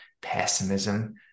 pessimism